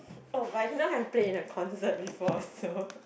oh but I did not have played in a concert before so